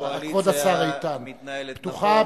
הקואליציה מתנהלת טוב.